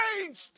changed